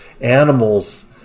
animals